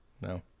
No